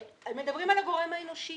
ומדברים על הגורם האנושי.